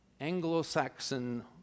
Anglo-Saxon